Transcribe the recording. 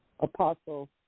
Apostle